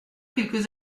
quelques